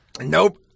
Nope